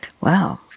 Wow